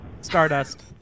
Stardust